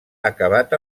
acabat